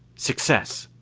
success!